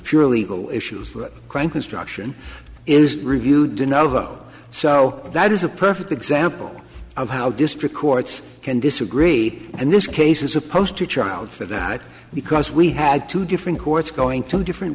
purely local issues that crank construction is review deneuve oh so that is a perfect example of how district courts can disagree and this case is a poster child for that because we had two different courts going to different